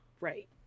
Right